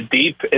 deep